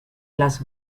las